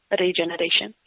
regeneration